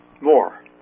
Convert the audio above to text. more